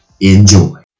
enjoy